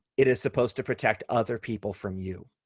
it is supposed to protect other people from you,